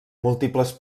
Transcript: múltiples